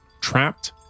trapped